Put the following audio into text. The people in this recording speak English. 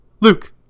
Luke